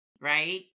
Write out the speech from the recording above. right